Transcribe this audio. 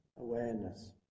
awareness